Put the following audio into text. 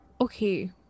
Okay